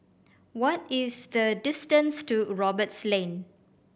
what is the distance to Roberts Lane